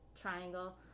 triangle